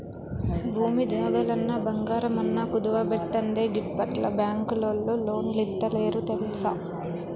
భూమి జాగలన్నా, బంగారమన్నా కుదువబెట్టందే గిప్పట్ల బాంకులోల్లు లోన్లిత్తలేరు తెల్సా